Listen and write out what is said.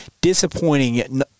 Disappointing